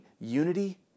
unity